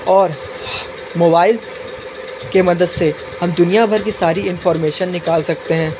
और मोबाइल के मदद से हम दुनिया भर की सारी इनफार्मेशन निकाल सकते हैं